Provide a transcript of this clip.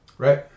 Right